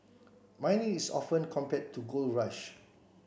mining is often compared to the gold rush